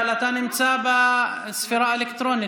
אבל אתה נמצא בספירה האלקטרונית,